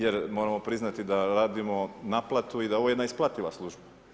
Jer moramo priznati da radimo naplatu i da je ovo jedna isplativa služba.